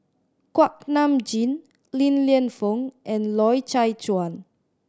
Kuak Nam Jin Li Lienfung and Loy Chye Chuan